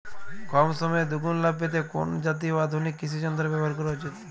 কম সময়ে দুগুন লাভ পেতে কোন জাতীয় আধুনিক কৃষি যন্ত্র ব্যবহার করা উচিৎ?